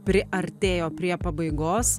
priartėjo prie pabaigos